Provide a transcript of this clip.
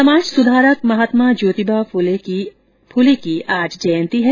समाज सुधारक महात्मा ज्योतिबा फुले की आज जयंती है